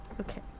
Okay